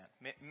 man